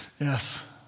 Yes